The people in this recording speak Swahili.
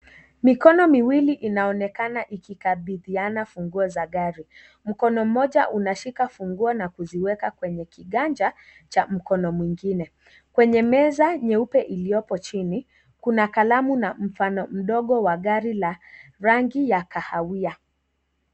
Mikono miwiki inaonekana ikikabidhiana funguo za gari. Mkono mmoja unashika funguo na kuziweka kwenye kiganja cha mkono mwingine, kwenye meza nyeupe ilioko chini kuna kalamu na mfano mdogo wa gari ya rangi ya kahawia.